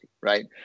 Right